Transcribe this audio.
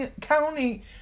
county